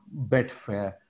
Betfair